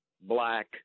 black